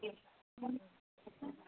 م